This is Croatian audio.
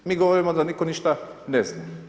Mi govorimo da nitko ništa ne zna.